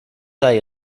hay